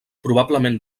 probablement